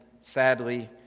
sadly